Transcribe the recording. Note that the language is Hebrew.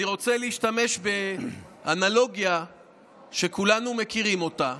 אני רוצה להשתמש באנלוגיה שכולנו מכירים אותה,